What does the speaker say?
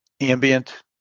ambient